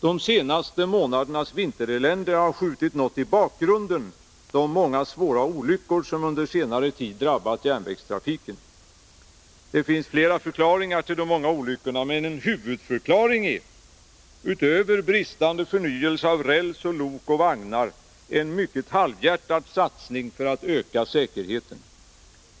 De senaste månadernas vinterelände har skjutit något i bakgrunden de många svåra olyckor som under senare tid drabbat järnvägstrafiken. Det finns flera förklaringar till de många olyckorna, men en huvudförklaring är — utöver bristande förnyelse av räls, lok och vagnar — en mycket halvhjärtad satsning för att öka säkerheten.